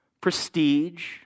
prestige